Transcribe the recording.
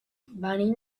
venim